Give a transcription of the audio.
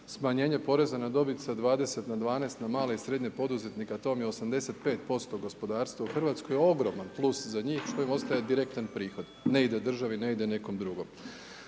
Smanjenje poreza na dobit sa 20 na 12 za male i srednje poduzetnike, a to vam je 85% gospodarstva u RH, je ogroman plus za njih, što im ostaje direktan prihod, ne ide državi, ne ide nekom drugom.